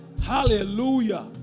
Hallelujah